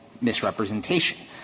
misrepresentation